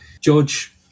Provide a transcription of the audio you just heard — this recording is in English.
George